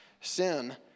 Sin